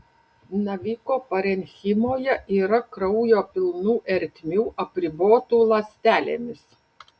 naviko parenchimoje yra kraujo pilnų ertmių apribotų ląstelėmis